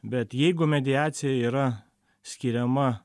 bet jeigu mediacija yra skiriama